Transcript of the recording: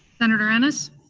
senator ennis?